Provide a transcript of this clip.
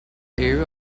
area